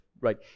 right